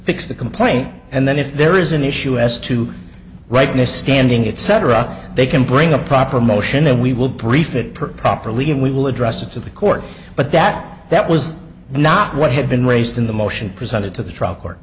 fix the complaint and then if there is an issue as to rightness standing it cetera they can bring a proper motion and we will brief it per properly and we will address it to the court but that that was not what had been raised in the motion presented to the tr